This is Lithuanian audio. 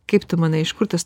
kaip tu manai iš kur tas